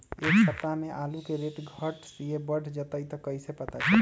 एक सप्ताह मे आलू के रेट घट ये बढ़ जतई त कईसे पता चली?